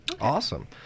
Awesome